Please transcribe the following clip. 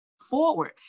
forward